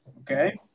Okay